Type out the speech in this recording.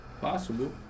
Possible